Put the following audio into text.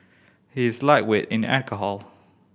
he is lightweight in alcohol